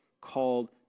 called